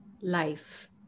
life